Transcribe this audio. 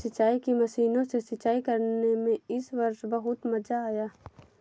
सिंचाई की मशीनों से सिंचाई करने में इस वर्ष बहुत मजा आया